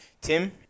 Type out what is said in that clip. Tim